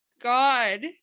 God